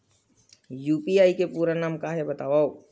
UPI के पूरा नाम का हे बतावव?